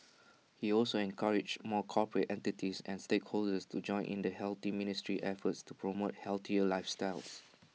he also encouraged more corporate entities and stakeholders to join in the health ministry's efforts to promote healthier lifestyles